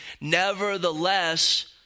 nevertheless